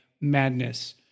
madness